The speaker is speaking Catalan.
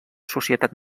societat